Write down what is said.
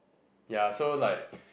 ya so like